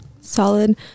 Solid